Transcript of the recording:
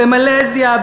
במלזיה,